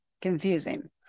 confusing